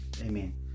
amen